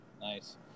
Nice